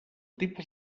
tipus